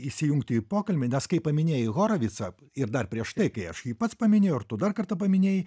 įsijungti į pokalbį nes kai paminėjai horovitsą ir dar prieš tai kai aš jį pats paminėjau ir tu dar kartą paminėjai